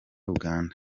uganda